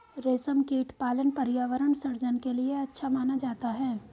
रेशमकीट पालन पर्यावरण सृजन के लिए अच्छा माना जाता है